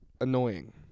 annoying